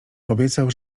obiecał